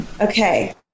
Okay